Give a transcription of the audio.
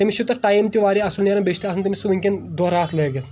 تٔمِس چھُ تتھ ٹایِم تہِ واریاہ اصل نیران بیٚیہِ چھِ آسان تٔمِس سُہ ؤنکٮ۪ن دۄہ راتھ لٲگِتھ